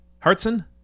Hartson